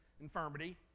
infirmity